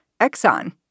Exxon